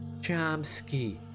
chomsky